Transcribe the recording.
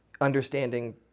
understanding